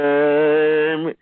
name